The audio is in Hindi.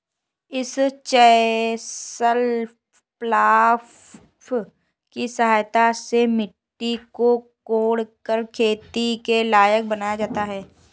इस चेसल प्लॉफ् की सहायता से मिट्टी को कोड़कर खेती के लायक बनाया जाता है